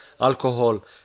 alcohol